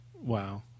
Wow